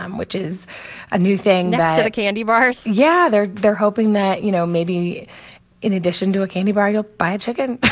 um which is a new thing next to the candy bars? yeah, they're they're hoping that, you know, maybe in addition to a candy bar you'll buy a chicken.